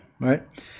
right